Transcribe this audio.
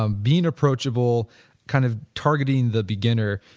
um being approachable kind of targeting the beginner,